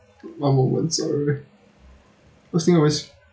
one moment sorry first thing always